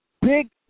Big